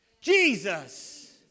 Jesus